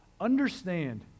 Understand